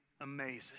amazing